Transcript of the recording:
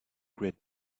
great